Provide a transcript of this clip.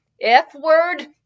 F-word